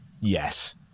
Yes